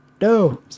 no